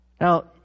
Now